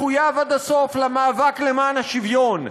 מחויב עד הסוף למאבק למען השוויון,